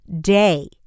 day